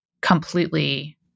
completely